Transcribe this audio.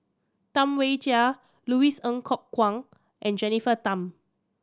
Tam Wai Jia Louis Ng Kok Kwang and Jennifer Tham